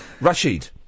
Rashid